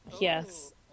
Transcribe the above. Yes